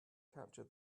capture